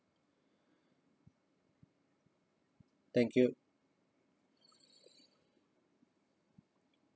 thank you